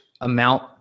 amount